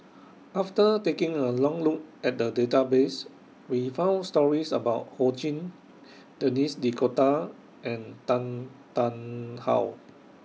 after taking A Look At The Database We found stories about Ho Ching Denis D'Cotta and Tan Tarn How